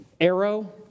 arrow